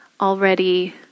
already